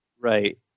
Right